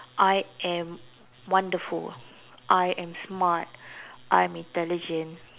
I am wonderful I am smart I am intelligent